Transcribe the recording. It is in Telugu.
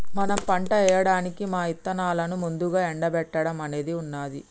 మనం పంట ఏయడానికి మా ఇత్తనాలను ముందుగా ఎండబెట్టడం అనేది ఉన్నది